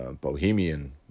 Bohemian